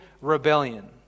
rebellion